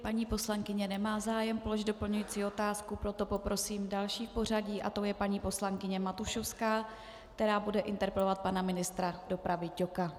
Paní poslankyně nemá zájem položit doplňující otázku, proto poprosím další v pořadí, to je paní poslankyně Matušovská, která bude interpelovat pana ministra dopravy Ťoka.